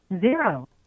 Zero